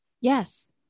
Yes